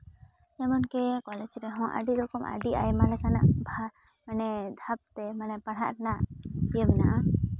ᱮᱢᱚᱱᱠᱤ ᱠᱚᱞᱮᱡᱽ ᱨᱮᱦᱚᱸ ᱟᱹᱰᱤ ᱨᱚᱠᱚᱢ ᱟᱹᱰᱤ ᱟᱭᱢᱟ ᱞᱮᱠᱟᱱᱟᱜ ᱢᱟᱱᱮ ᱫᱷᱟᱯᱛᱮ ᱢᱟᱱᱮ ᱯᱟᱲᱦᱟᱜ ᱨᱮᱱᱟᱜ ᱤᱭᱟᱹ ᱢᱮᱱᱟᱜᱼᱟ